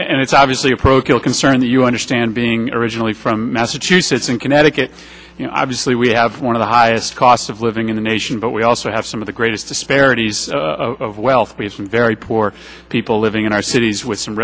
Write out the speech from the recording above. and it's obviously a procul concern that you understand being originally from massachusetts and connecticut you know obviously we have one of the highest cost of living in the nation but we also have some of the greatest disparities of wealth we have some very poor people living in our cities with some